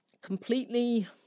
completely